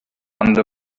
under